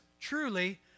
truly